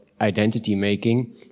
identity-making